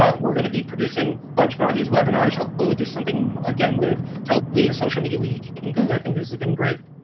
ah we're gonna be producing a bunch more of these webinars. hopefully, we'll do something again with toby and social media week. cause i think this has been great.